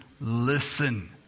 listen